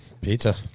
Pizza